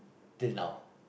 till now